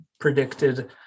predicted